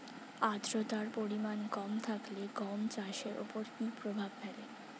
আদ্রতার পরিমাণ কম থাকলে গম চাষের ওপর কী প্রভাব ফেলে?